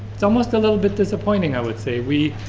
it's almost a little bit disappointing i would say. we,